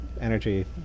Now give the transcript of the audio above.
energy